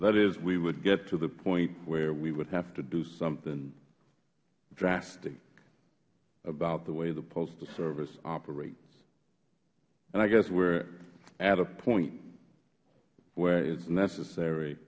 that is we would get to the point where we would have to do something drastic about the way the postal service operates and i guess we are at a point where it is necessary